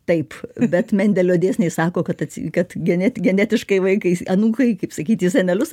taip bet mendelio dėsniai sako kad atsi kad genėti genetiškai vaikai anūkai kaip sakyti senelius